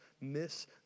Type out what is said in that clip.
miss